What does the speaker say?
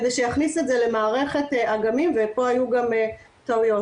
כדי שיכניס את זה למערכת אגמים ופה היו גם טעויות.